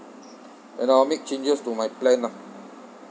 and I'll make changes to my plan lah